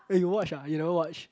aye you watch ah you never watch